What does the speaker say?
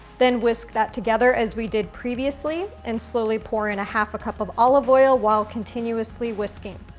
then whisk that together as we did previously and slowly pour in a half a cup of olive oil while continuously whisking.